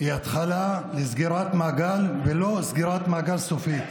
התחלה סגירת מעגל והיא לא סגירת מעגל סופית.